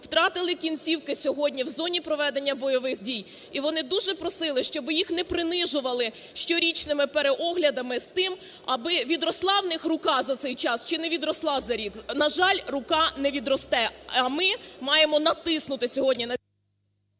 втратили кінцівки сьогодні в зоні проведення бойових дій, і вони дуже просили, щоб їх не принижували щорічними переоглядами з тим, аби відросла у них рука за цей час, чи не відросла за рік. На жаль, рука не відросте. А ми маємо натиснути сьогодні на…